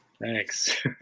Thanks